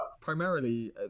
primarily